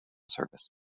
service